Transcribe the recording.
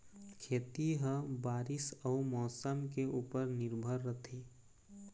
खेती ह बारीस अऊ मौसम के ऊपर निर्भर रथे